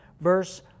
verse